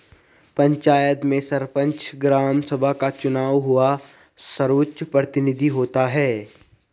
पंचायत में सरपंच, ग्राम सभा का चुना हुआ सर्वोच्च प्रतिनिधि होता है